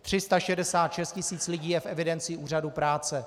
366 tisíc lidí je v evidenci úřadů práce.